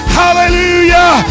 hallelujah